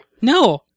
No